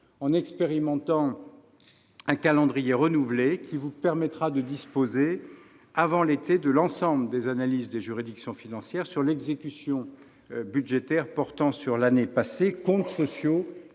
en expérimentant un calendrier renouvelé, qui vous permettra de disposer avant l'été de l'ensemble des analyses des juridictions financières sur l'exécution budgétaire portant sur l'année passée, comptes sociaux